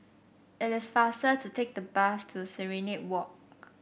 it is faster to take the bus to Serenade Walk